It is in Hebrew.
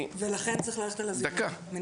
לכן צריך ללכת על מניעה וזיהוי.